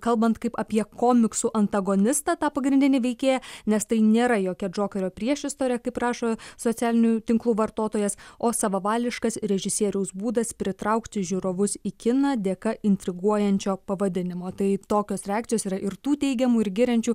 kalbant kaip apie komiksų antagonistą tą pagrindinį veikėją nes tai nėra jokia džokerio priešistorė kaip rašo socialinių tinklų vartotojas o savavališkas režisieriaus būdas pritraukti žiūrovus į kiną dėka intriguojančio pavadinimo tai tokios reakcijos yra ir tų teigiamų ir giriančių